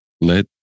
let